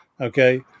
Okay